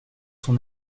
son